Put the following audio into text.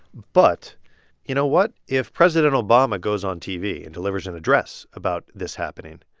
but you know what? if president obama goes on tv and delivers an address about this happening,